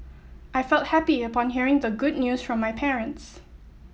I felt happy upon hearing the good news from my parents